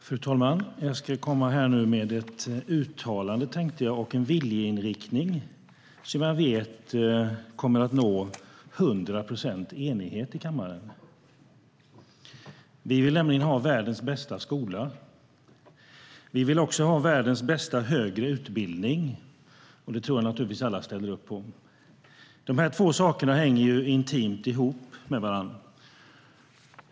Fru talman! Jag ska här göra ett uttalande och uttrycka en viljeinriktning, som jag vet kommer att nå 100 procent enighet i kammaren. Vi vill nämligen ha världens bästa skola. Vi vill också ha världens bästa högre utbildning. Det tror jag naturligtvis alla ställer upp på. Dessa två saker hänger intimt ihop med varandra.